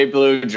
Blue